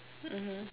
mmhmm